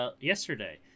yesterday